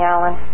Alan